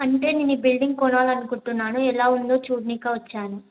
అంటే నేను ఈ బిల్డింగ్ కొనాలనుకుంటున్నాను ఎలా ఉందో చూడడానికి వచ్చాను